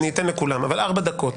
אני אתן לכולם, אבל ארבע דקות.